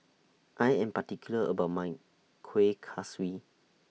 I Am particular about My Kueh Kaswi